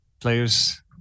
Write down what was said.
Players